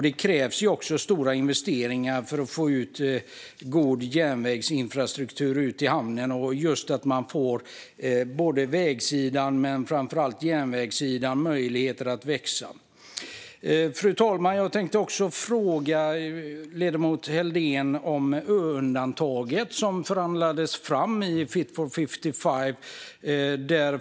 Det krävs också stora investeringar för att få ut god järnvägsinfrastruktur till hamnen och för att ge väg och järnväg möjligheter att växa. Fru talman! Jag tänkte också fråga ledamot Helldén om ö-undantaget som förhandlades fram i Fit for 55.